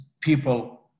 people